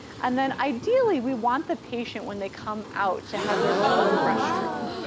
and then ideally we want the patient when they come out to have their own restroom.